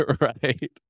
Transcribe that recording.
right